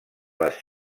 les